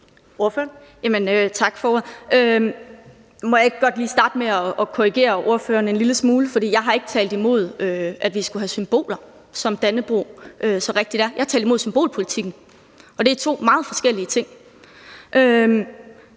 Må jeg ikke godt lige starte med at korrigere ordføreren en lille smule, for jeg har ikke talt imod, at vi skulle have symboler, som Dannebrog så rigtigt er. Jeg talte imod symbolpolitikken, og det er to meget forskellige ting.